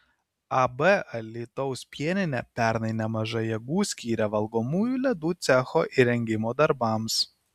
ab alytaus pieninė pernai nemažai jėgų skyrė valgomųjų ledų cecho įrengimo darbams